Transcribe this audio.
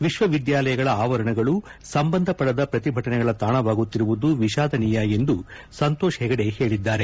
ವಿಶ್ವವಿದ್ಯಾಲಯಗಳ ಆವರಣಗಳೂ ಸಂಬಂಧಪಡದ ಪ್ರತಿಭಟನೆಗಳ ತಾಣವಾಗುತ್ತಿರುವುದು ವಿಷಾದನೀಯ ಎಂದು ಸಂತೋಷ್ ಹೆಗಡೆ ಹೇಳಿದ್ದಾರೆ